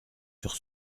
sur